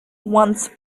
once